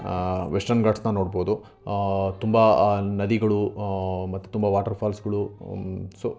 western ಗಾಟ್ಸನ್ನ ನೋಡ್ಬೋದು ತುಂಬ ನದಿಗಳು ಮತ್ತು ತುಂಬ ವಾಟರ್ ಫಾಲ್ಸ್ಗಳು ಸೋ